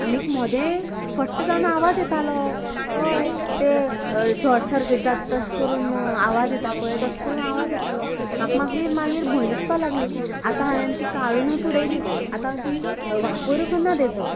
आनीक मोदें फट्ट जावन आवाज येतालो हय तें शॉर्ट सर्किट जाता तशें करून आवाज येता पळय तशें करून आवाज येतालो म्हाका मागीर मागीर भंय दिसपाक लागली आता हांयेन ती काडूनच उडयली आता हांवेन ती वापर करना तेचो